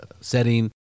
setting